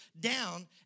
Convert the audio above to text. down